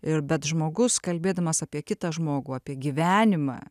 ir bet žmogus kalbėdamas apie kitą žmogų apie gyvenimą